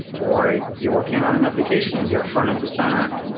or you're working on an application and you're a frontend to spanner,